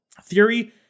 Theory